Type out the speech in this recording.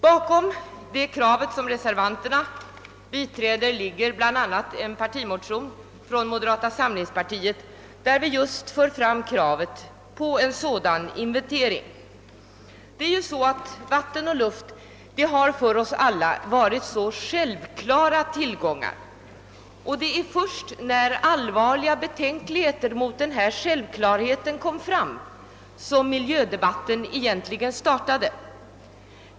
Bakom det krav som reservanterna biträder ligger bl.a. en partimotion från moderata samlingspartiet, i vilken vi för fram kravet på en sådan inventering. Vatten och luft har för oss alla varit självklara tillgångar, och det var först när allvarliga betänkligheter vad gäller den självklarheten kom till uttryck som miljödebatten egentligen startade.